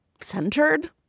centered